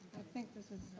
think this is